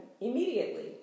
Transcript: immediately